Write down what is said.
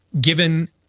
given